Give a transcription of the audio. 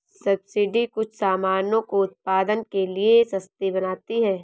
subsidy कुछ सामानों को उत्पादन के लिए सस्ती बनाती है